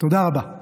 תודה רבה.